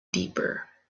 deeper